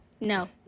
No